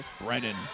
Brennan